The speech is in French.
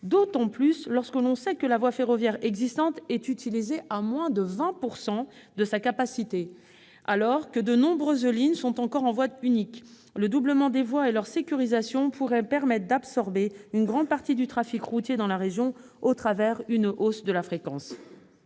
d'autant que l'on sait que la voie ferroviaire existante est utilisée à moins de 20 % de sa capacité. Alors que de nombreuses lignes sont encore en voie unique, le doublement des voies et leur sécurisation pourraient permettre d'absorber une grande partie du trafic routier dans la région au travers d'une hausse de la fréquence.